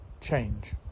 change